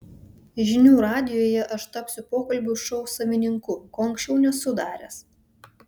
žinių radijuje aš tapsiu pokalbių šou savininku ko anksčiau nesu daręs